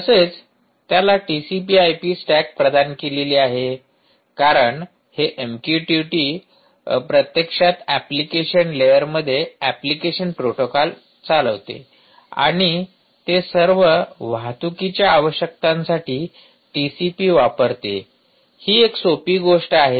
तसेच त्याला TCP IP stack प्रदान केली आहे कारण हे एमक्यूटीटी प्रत्यक्षात एप्लिकेशन लेयरमध्ये एप्लिकेशन प्रोटोकॉल चालवते आणि ते सर्व वाहतुकीच्या आवश्यकतांसाठी टीसीपी वापरते ही एक सोपी गोष्ट आहे